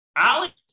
Ali